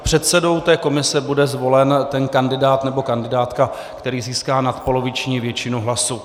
Předsedou té komise bude zvolen ten kandidát nebo kandidátka, který získá nadpoloviční většinu hlasů.